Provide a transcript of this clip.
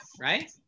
right